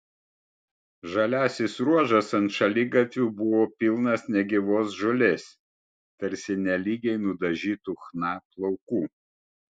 žaliasis ruožas ant šaligatvių buvo pilnas negyvos žolės tarsi nelygiai nudažytų chna plaukų